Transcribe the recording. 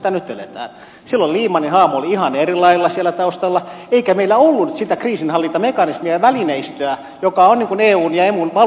silloin lehmanin haamu oli ihan eri lailla siellä taustalla eikä meillä ollut kriisinhallintamekanismia ja välineistöä mikä on eun ja emun valuvika